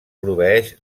proveeix